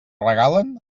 regalen